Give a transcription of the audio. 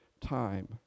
time